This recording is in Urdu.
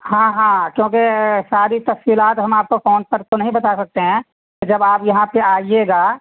ہاں ہاں کیوںکہ ساری تفصیلات ہم آپ کو فون پر تو نہیں بتا سکتے ہیں جب آپ یہاں پہ آئیے گا